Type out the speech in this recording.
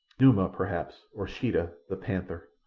numa, perhaps, or sheeta, the panther.